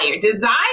Desire